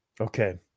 Okay